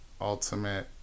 ultimate